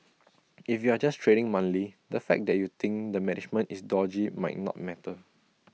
if you're just trading monthly the fact that you think the management is dodgy might not matter